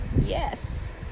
yes